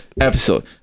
episode